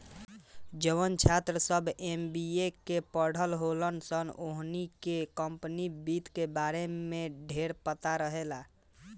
जवन छात्र सभ एम.बी.ए के पढ़ल होलन सन ओहनी के कम्पनी वित्त के बारे में ढेरपता रहेला